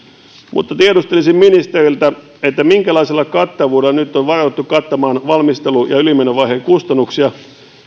mutta tiedustelisin ministeriltä minkälaisella kattavuudella on nyt varauduttu kattamaan valmistelu ja ylimenovaiheen kustannuksia